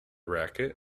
racket